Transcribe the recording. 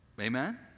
Amen